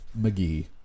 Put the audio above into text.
mcgee